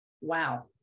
Wow